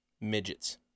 Midgets